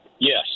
yes